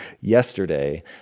yesterday